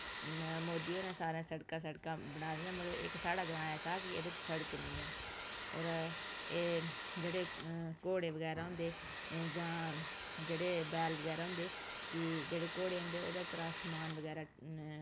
मोदी होरें सारै सड़कां सड़कां बनाई दियां मगर इक साढ़ै ग्रांऽ ऐसा ऐ कि एह्दे च सड़क बी नी ऐ होर एह् जेह्ड़े घोड़े बगैरा होंदे जां जेह्ड़े बैल बगैरा होंदे कि जेह्ड़े घोड़े होंदे ओह्दे उप्पर अस समान बगैरा